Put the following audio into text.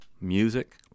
music